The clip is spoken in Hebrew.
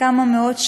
בכמה מאות שקלים,